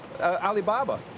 Alibaba